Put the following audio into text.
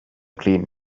clean